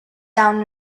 down